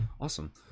Awesome